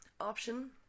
option